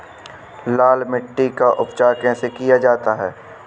लाल मिट्टी का उपचार कैसे किया जाता है?